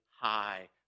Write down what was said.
high